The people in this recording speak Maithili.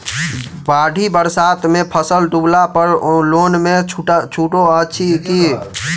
बाढ़ि बरसातमे फसल डुबला पर लोनमे छुटो अछि की